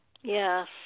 yes